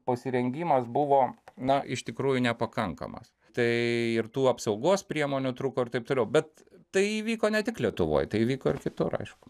pasirengimas buvo na iš tikrųjų nepakankamas tai ir tų apsaugos priemonių trūko ir taip toliau bet tai įvyko ne tik lietuvoj tai įvyko ir kitur aišku